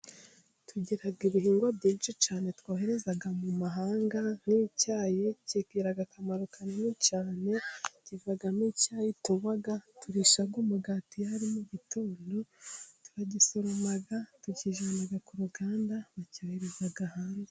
Tugira ibihingwa byinshi cyane twohereza mu mahanga nk'icyayi, kigira akamaro kanini cyane kivamo icyayi tunywa, turisha umugati iyo ari mu gitondo, turagisoroma, tukijyana ku ruganda bacyohereza hanze.